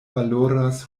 valoras